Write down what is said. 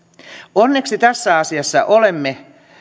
onneksi tässä asiassa olemme